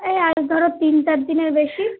এই আজ ধরো তিন চার দিনের বেশি